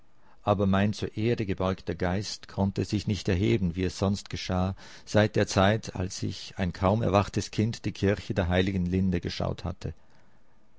aber mein zur erde gebeugter geist konnte sich nicht erheben wie es sonst geschah seit der zeit als ich ein kaum erwachtes kind die kirche der heiligen linde geschaut hatte